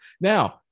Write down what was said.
Now